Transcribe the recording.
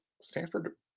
Stanford